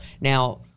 Now